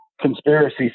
conspiracy